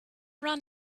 run